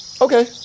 Okay